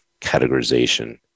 categorization